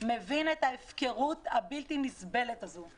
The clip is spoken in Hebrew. מבין את ההפקרות הבלתי נסבלת הזאת.